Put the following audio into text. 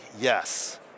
yes